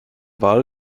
wahl